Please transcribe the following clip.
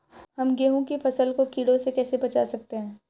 हम गेहूँ की फसल को कीड़ों से कैसे बचा सकते हैं?